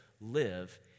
live